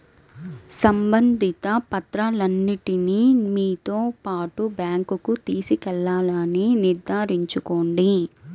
సంబంధిత పత్రాలన్నింటిని మీతో పాటు బ్యాంకుకు తీసుకెళ్లాలని నిర్ధారించుకోండి